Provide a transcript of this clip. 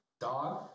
Dog